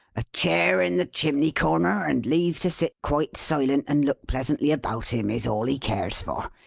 a chair in the chimney-corner, and leave to sit quite silent and look pleasantly about him, is all he cares for.